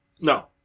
No